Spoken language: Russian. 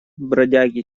бродяги